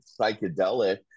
psychedelic